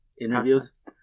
interviews